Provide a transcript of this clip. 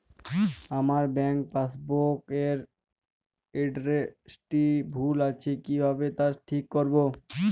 আমার bank passbook এর এড্রেসটি ভুল আছে কিভাবে তা ঠিক করবো?